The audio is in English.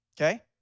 okay